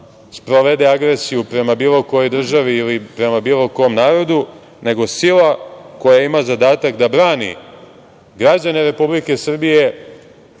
sprovede agresiju prema bilo kojoj državi ili prema bilo kom narodu, nego sila koja ima zadatak da brani građane Republike Srbije